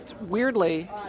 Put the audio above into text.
weirdly